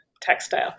textile